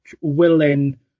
willing